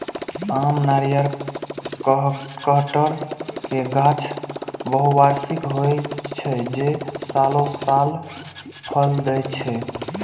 आम, नारियल, कहटर के गाछ बहुवार्षिक होइ छै, जे सालों साल फल दै छै